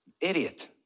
Idiot